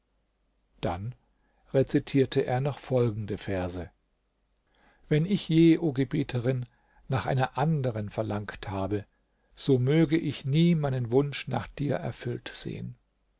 dann rezitierte er noch folgende verse wenn ich je o gebieterin nach einer anderen verlangt habe so möge ich nie meinen wunsch nach dir erfüllt sehen